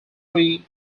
three